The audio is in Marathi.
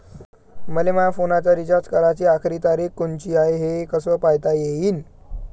मले माया फोनचा रिचार्ज कराची आखरी तारीख कोनची हाय, हे कस पायता येईन?